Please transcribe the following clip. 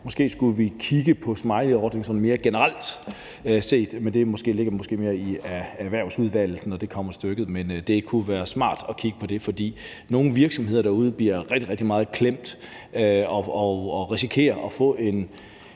Måske skulle vi kigge på smileyordningen sådan mere generelt set, men det ligger måske mere i Erhvervsudvalget, når det kommer til stykket. Men det kunne være smart at kigge på det, fordi nogle virksomheder derude bliver meget klemt og risikerer at få en